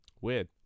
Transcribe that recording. Weird